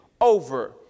over